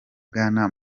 bwana